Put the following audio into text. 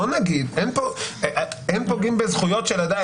בוא נגיד: אין פוגעים בזכויות של אדם,